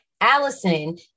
Allison